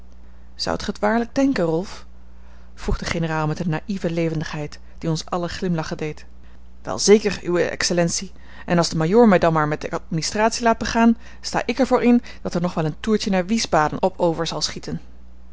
ge t waarlijk denken rolf vroeg de generaal met eene naïeve levendigheid die ons allen glimlachen deed wel zeker uwe excellentie en als de majoor mij dan maar met de administratie laat begaan sta ik er voor in dat er nog wel een toertje naar wiesbaden op over zal schieten